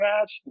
match